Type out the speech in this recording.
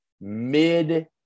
mid